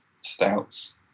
stouts